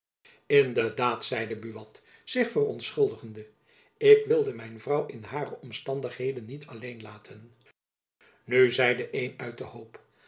in de daad zeide buat zich verontschuldigende ik wilde mijn vrouw in hare omstandigheden niet alleen laten nu zeide een uit den hoop